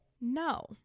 no